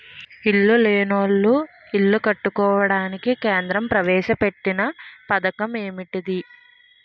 ఇల్లు లేనోళ్లు ఇల్లు కట్టుకోవడానికి కేంద్ర ప్రవేశపెట్టిన పధకమటిది